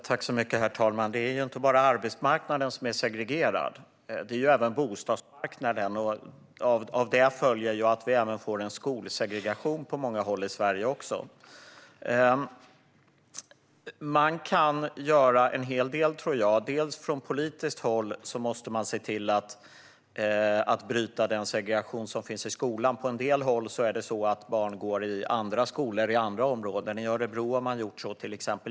Herr talman! Det är inte bara arbetsmarknaden som är segregerad. Det är även bostadsmarknaden. Av det följer att vi även får en skolsegregation på många håll i Sverige. Jag tror att man kan göra en hel del. Från politiskt håll måste man se till att bryta den segregation som finns i skolan. På en del håll går barn i andra skolor i andra områden. Så har man till exempel gjort i Örebro.